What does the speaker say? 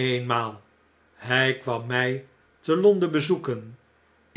eenmaal hn kwam mi te l on den bezoeken